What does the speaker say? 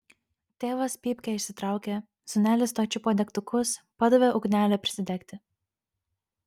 tėvas pypkę išsitraukė sūnelis tuoj čiupo degtukus padavė ugnelę prisidegti